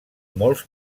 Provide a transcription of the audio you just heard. molts